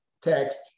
text